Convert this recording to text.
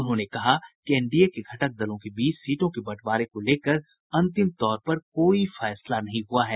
उन्होंने कहा कि एनडीए के घटक दलों के बीच सीटों के बंटवारे को लेकर अंतिम तौर पर कोई फैसला नहीं हुआ है